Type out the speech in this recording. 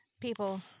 People